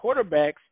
quarterbacks